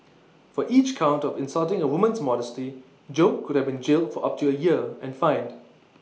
for each count of insulting A woman's modesty Jo could have been jailed for up to A year and fined